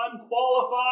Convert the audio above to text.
unqualified